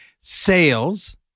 sales